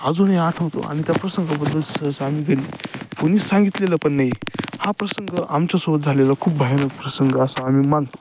अजूनही आठवतो आणि त्या प्रसंगाबद्दल सहज आम्ही घरी कोणीच सांगितलेलं पण नाही हा प्रसंग आमच्यासोबत झालेला खूप भयानक प्रसंग असा आम्ही मानतो